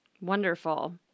Wonderful